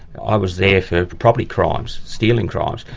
i was there for property crimes, stealing crimes.